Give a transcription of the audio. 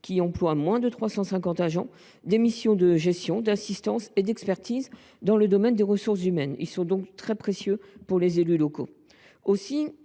employant moins de 350 agents, des missions de gestion, d’assistance et d’expertise dans le domaine des ressources humaines. Ils sont donc très précieux pour les élus locaux.